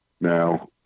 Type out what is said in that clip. Now